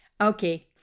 okay